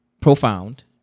profound